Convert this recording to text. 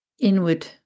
inward